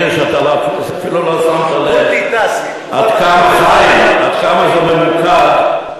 לא שמת לב, עד כמה זה ממוקד,